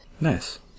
Nice